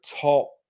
top